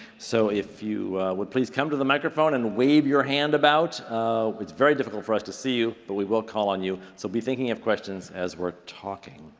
so if you would please come to the microphone and wave your hand about it's very difficult for us to see you, but we will call on you. so be thinking of questions as we're talking.